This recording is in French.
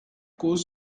causes